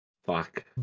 Fuck